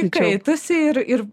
įkaitusi ir ir